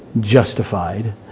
justified